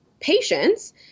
patients